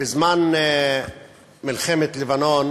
בזמן מלחמת לבנון